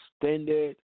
extended